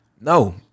no